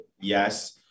yes